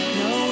no